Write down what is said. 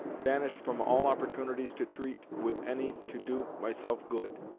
banished from all opportunities to treat with any to do myself good,